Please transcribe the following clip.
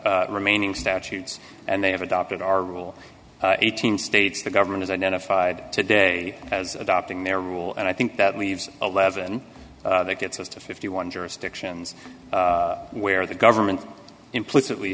have remaining statutes and they have adopted our rule eighteen states the government is identified today as adopting their rule and i think that leaves a leaven that gets us to fifty one jurisdictions where the government implicitly